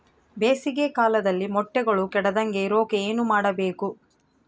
ಬೇಸಿಗೆ ಕಾಲದಲ್ಲಿ ಮೊಟ್ಟೆಗಳು ಕೆಡದಂಗೆ ಇರೋಕೆ ಏನು ಮಾಡಬೇಕು?